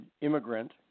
immigrant